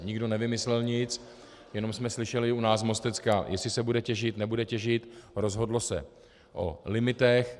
Nikdo nevymyslel nic, jenom jsme slyšeli u nás Mostecká, jestli se bude těžit, nebude těžit, rozhodlo se o limitech.